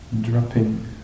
dropping